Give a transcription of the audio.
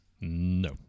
No